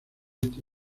este